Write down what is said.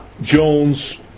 Jones